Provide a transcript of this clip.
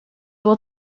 will